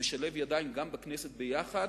נשלב ידיים גם בכנסת ביחד,